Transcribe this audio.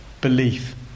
belief